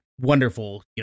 wonderful